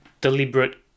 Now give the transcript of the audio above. deliberate